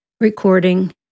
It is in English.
recording